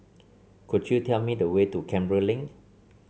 could you tell me the way to Canberra Link